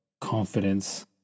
confidence